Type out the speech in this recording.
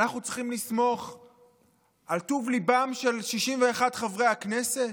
אנחנו צריכים לסמוך על טוב ליבם של 61 חברי הכנסת?